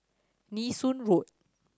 Nee Soon Road